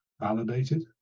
validated